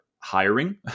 Hiring